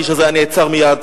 האיש הזה היה נעצר מייד,